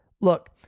Look